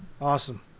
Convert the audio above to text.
awesome